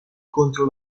contro